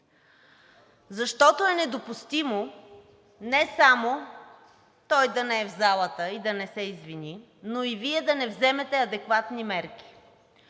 защото е недопустимо не само той да не е в залата и да не се извини, но и Вие да не вземете адекватни мерки.